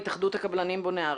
התאחדות הקבלנים בוני הארץ.